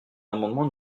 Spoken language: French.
l’amendement